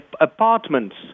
apartments